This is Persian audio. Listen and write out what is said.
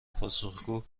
پاسخگو